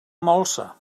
molsa